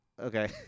Okay